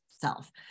self